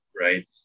right